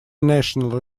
national